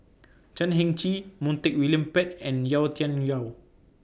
Chan Heng Chee Montague William Pett and Yau Tian Yau